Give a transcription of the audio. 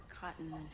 cotton